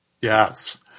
Yes